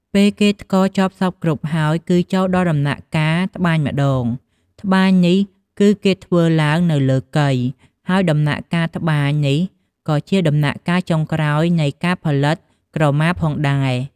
ពេលថ្ករចប់សព្វគ្រប់ហើយគឺចូលដល់ដំណាក់កាលត្បាញម្តង ត្បាញនេះគឺគេធ្វើឡើងនៅលើកី ហើយដំណាក់កាលត្បាញនេះក៏ជាដំណាក់កាលចុងក្រោយនៃការផលិតក្រមាផងដែរ។